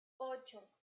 ocho